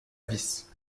vis